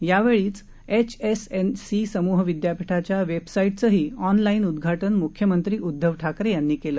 यावेळी एचएसएनसी समूह विद्यापीठाच्या वेबसाईटचंही ऑनलाईन उद्घाटन मुख्यमंत्री उद्धव ठाकरे यांनी केलं